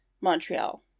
Montreal